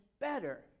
better